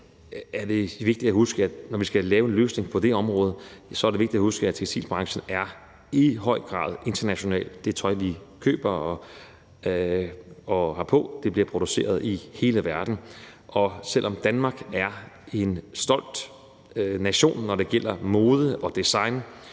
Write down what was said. når vi skal lave en løsning på det område, at tekstilbranchen i høj grad er international. Det tøj, vi køber og har på, bliver produceret i hele verden, og selv om Danmark er en stolt nation, når det gælder mode og design,